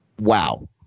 wow